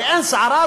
ואין סערה,